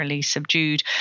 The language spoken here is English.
subdued